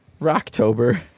Rocktober